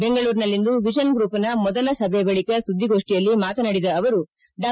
ಬೆಂಗಳೂರಿನಲ್ಲಿಂದು ವಿಷನ್ ಗ್ರೂಪ್ನ ಮೊದಲ ಸಭೆ ಬಳಿಕ ಸುದ್ದಿಗೋಷ್ಠಿಯಲ್ಲಿ ಮಾತನಾಡಿದ ಅವರು ಡಾ